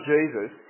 Jesus